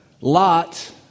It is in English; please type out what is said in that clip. Lot